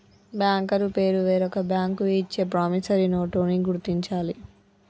banker పేరు వేరొక bank ఇచ్చే ప్రామిసరీ నోటుని గుర్తించాలి